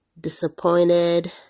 disappointed